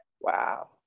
Wow